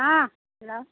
हँ हेलो